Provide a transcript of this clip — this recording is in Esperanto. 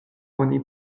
oni